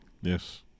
Yes